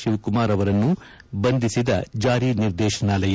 ಶಿವಕುಮಾರ್ ಅವರನ್ನು ಬಂಧಿಸಿದ ಜಾರಿ ನಿರ್ದೇಶನಾಲಯ